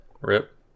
Rip